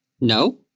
No